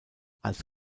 als